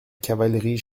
cavalerie